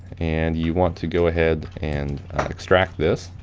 and you want to go ahead and extract this,